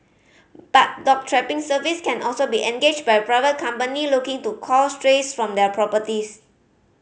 but dog trapping service can also be engaged by a private company looking to cull strays from their properties